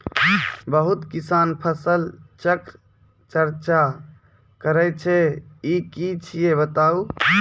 बहुत किसान फसल चक्रक चर्चा करै छै ई की छियै बताऊ?